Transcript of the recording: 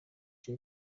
jay